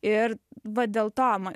ir va dėl to man